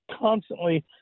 constantly